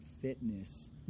fitness